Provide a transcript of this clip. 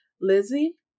Lizzie